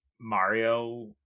mario